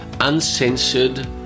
uncensored